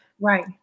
Right